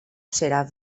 serà